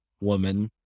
woman